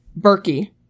Berkey